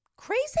crazy